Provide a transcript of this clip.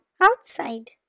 outside